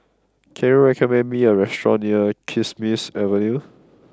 can you recommend me a restaurant near Kismis Avenue